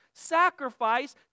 sacrifice